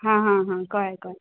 हां हां हां कळें कळें